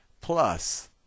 plus